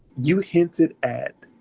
you hinted at